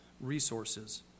resources